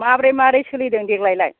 माबोरै सोलिदों देग्लायलाय